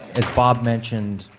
as bob mentioned,